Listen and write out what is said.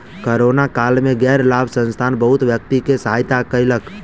corona काल में गैर लाभ संस्थान बहुत व्यक्ति के सहायता कयलक